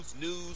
news